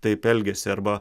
taip elgiasi arba